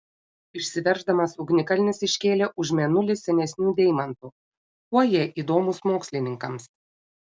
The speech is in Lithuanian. išsiverždamas ugnikalnis iškėlė už mėnulį senesnių deimantų kuo jie įdomūs mokslininkams